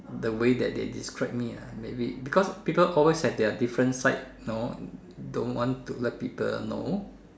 the way that they described me ah maybe because people always have their different side know don't want to let people know